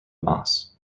meuse